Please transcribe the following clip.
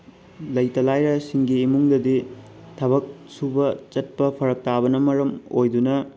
ꯂꯩꯇ ꯂꯥꯏꯔꯁꯤꯡꯒꯤ ꯏꯃꯨꯡꯗꯗꯤ ꯊꯕꯛ ꯁꯨꯕ ꯆꯠꯄ ꯐꯔꯛ ꯇꯥꯕꯅ ꯃꯔꯝ ꯑꯣꯏꯗꯨꯅ